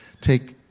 take